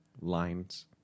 lines